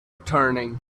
returning